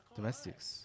domestics